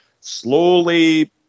slowly